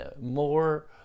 more